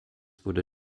wurde